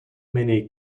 many